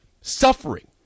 suffering